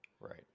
Right